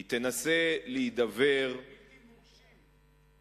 היא תנסה להידבר, בלתי מורשים.